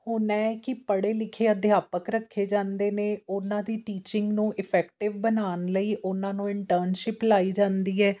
ਹੁਣ ਇਹ ਕਿ ਪੜ੍ਹੇ ਲਿਖੇ ਅਧਿਆਪਕ ਰੱਖੇ ਜਾਂਦੇ ਨੇ ਉਹਨਾਂ ਦੀ ਟੀਚਿੰਗ ਨੂੰ ਇਫੈਕਟਿਵ ਬਣਾਉਣ ਲਈ ਉਹਨਾਂ ਨੂੰ ਇੰਟਰਨਸ਼ਿਪ ਲਗਾਈ ਜਾਂਦੀ ਹੈ